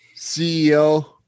CEO